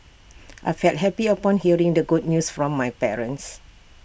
I felt happy upon hearing the good news from my parents